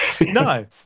No